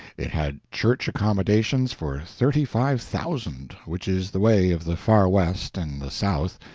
it had church accommodations for thirty-five thousand, which is the way of the far west and the south,